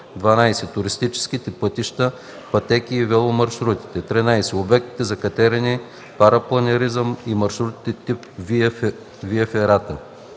12. туристическите пътища/пътеки и веломаршрутите; 13. обектите за катерене, парапланеризъм и маршрутите тип „виа ферата”;